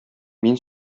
мин